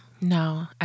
No